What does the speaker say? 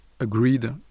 Agreed